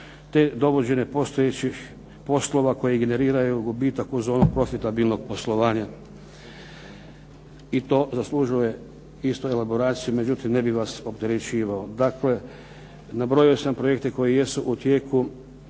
te dovođenje postojećih poslova koji generiraju gubitak u zonu konstitabilnog poslovanja. I to zaslužuje isto elaboraciju, međutim ne bih vas opterećivao. Dakle, nabrojao sam projekte koji jesu u tijeku,